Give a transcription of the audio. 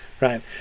right